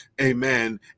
amen